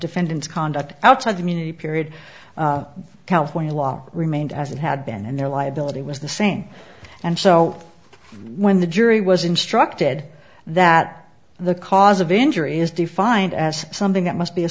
defendant's conduct outside the muni period california law remained as it had been and their liability was the same and so when the jury was instructed that the cause of injury is defined as something that must be a